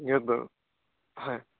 ই বাৰু হয়